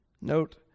Note